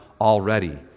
already